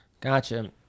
gotcha